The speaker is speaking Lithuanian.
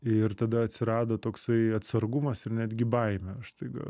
ir tada atsirado toksai atsargumas ir netgi baimė aš staiga